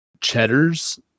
Cheddars